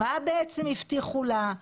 מה בעצם הבטיחו לה.